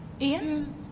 Ian